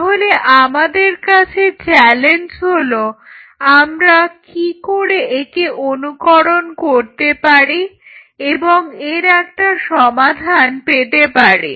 তাহলে আমাদের কাছে চ্যালেঞ্জ হলো আমরা কি একে অনুকরণ করতে পারি এবং এর একটা সমাধান পেতে পারি